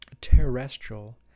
terrestrial